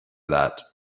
that